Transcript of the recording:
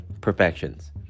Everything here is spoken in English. perfections